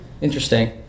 interesting